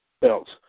belts